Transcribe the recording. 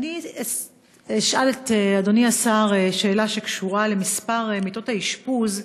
אני אשאל את אדוני השר שאלה שקשורה למספר מיטות האשפוז,